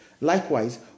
Likewise